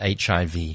HIV